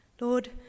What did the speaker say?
Lord